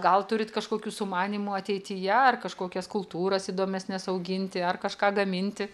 gal turit kažkokių sumanymų ateityje ar kažkokias kultūras įdomesnes auginti ar kažką gaminti